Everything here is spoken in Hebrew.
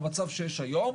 במצב שיש היום.